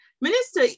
minister